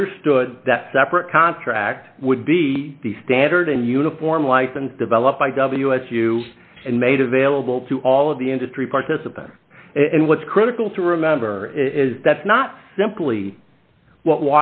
understood that separate contract would be the standard in uniform life and developed by w s u and made available to all of the industry participants and what's critical to remember is that's not simply what